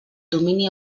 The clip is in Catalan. domini